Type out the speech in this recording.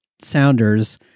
sounders